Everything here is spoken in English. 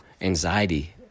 anxiety